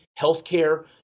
healthcare